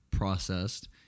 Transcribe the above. processed